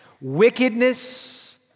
Wickedness